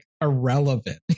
irrelevant